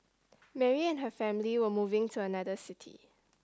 Mary and her family were moving to another city